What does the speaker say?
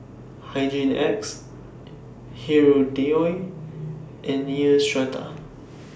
Hygin X Hirudoid and Neostrata